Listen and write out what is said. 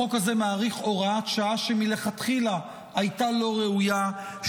החוק הזה מאריך הוראת שעה שמלכתחילה הייתה לא ראויה,